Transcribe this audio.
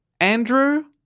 Andrew